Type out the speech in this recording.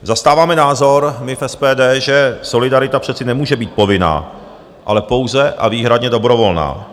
Zastáváme názor, my v SPD, že solidarita přece nemůže být povinná, ale pouze a výhradně dobrovolná.